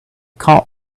can